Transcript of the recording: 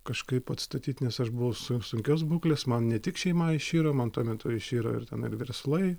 kažkaip atstatyt nes aš buvau su sunkios būklės man ne tik šeima iširo man tuo metu iširo ir ten ir verslai